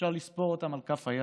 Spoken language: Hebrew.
אפשר לספור אותן על כף היד,